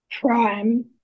Prime